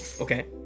okay